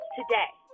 today